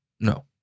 No